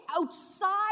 outside